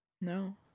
No